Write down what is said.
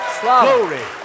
glory